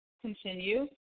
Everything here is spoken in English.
Continue